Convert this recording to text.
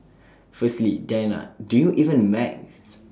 firstly Diana do you even math